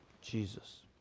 Jesus